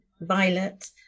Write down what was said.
Violet